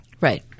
Right